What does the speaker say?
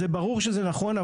ברור שזה נכון,